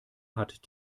hat